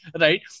right